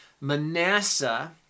Manasseh